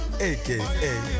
AKA